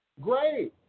Great